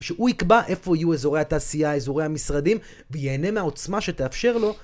שהוא יקבע איפה יהיו אזורי התעשייה, אזורי המשרדים וייהנה מהעוצמה שתאפשר לו